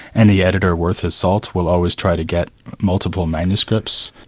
any editor worth his salt will always try to get multiple manuscripts.